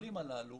הנוכלים הללו